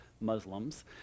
Muslims